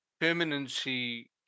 permanency